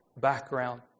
background